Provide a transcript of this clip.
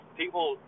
people